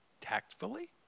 Tactfully